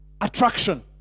attraction